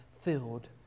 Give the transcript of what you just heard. filled